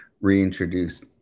reintroduced